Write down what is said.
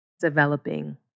developing